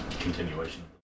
continuation